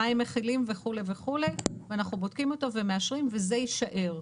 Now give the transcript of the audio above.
מה הם מכילים וכולי וכולי ואנחנו בודקים אותו ומאשרים וזה יישאר.